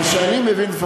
ממה שאני מבין,